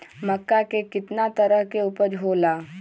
मक्का के कितना तरह के उपज हो ला?